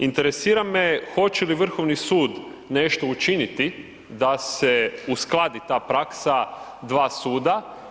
Interesira me hoće li Vrhovni sud nešto učiniti da se uskladi ta praksa dva suda?